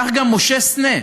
כך גם משה סנה,